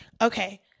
Okay